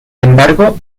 embargo